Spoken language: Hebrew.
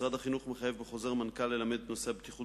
משרד החינוך מחייב בחוזר מנכ"ל ללמד את נושא הבטיחות